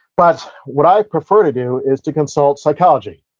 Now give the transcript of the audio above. but, what i prefer to do is to consult psychology.